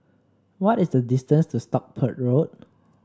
what is the distance to Stockport Road